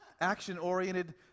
action-oriented